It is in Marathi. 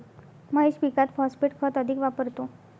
महेश पीकात फॉस्फेट खत अधिक वापरतो